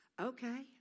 Okay